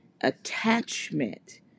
attachment